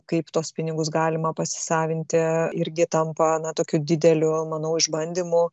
kaip tuos pinigus galima pasisavinti irgi tampa na tokiu dideliu manau išbandymu